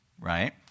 right